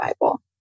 Bible